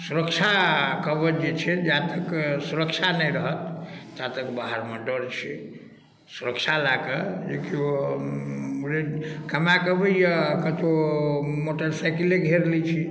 सुरक्षाकवच जे छै यात्री के सुरक्षा नहि रहत तातक बाहरमे डर छै सुरक्षा लए कऽ जे केओ बुलै कमाए कऽ अबैया कतौ मोटरसइकिले घेर लै छै